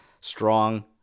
Strong